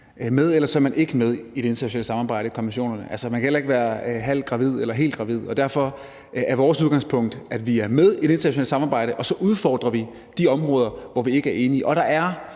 eller også er man ikke med i det internationale samarbejde om konventionerne. Altså, man kan heller ikke være halvt eller helt gravid. Derfor er vores udgangspunkt, at vi er med i et internationalt samarbejde, og så udfordrer vi de områder, hvor vi ikke er enige.